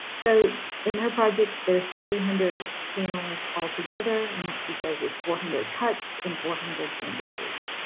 so in her projects, there's three hundred panels altogether, and what she says is four hundred cuts and four hundred bandages.